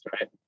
right